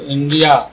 India